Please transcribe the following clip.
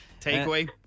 Takeaway